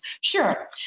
sure